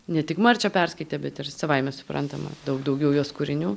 ne tik marčią perskaitė bet ir savaime suprantama daug daugiau jos kūrinių